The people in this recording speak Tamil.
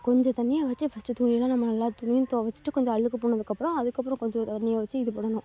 கொஞ்சம் தண்ணியை வச்சு ஃபஸ்ட்டு துணிலாம் நம்ம எல்லா துணியும் துவச்சிட்டு கொஞ்சம் அழுக்கு போனதுக்கப்புறம் அதுக்கப்புறம் கொஞ்சம் தண்ணியை வச்சு இது பண்ணணும்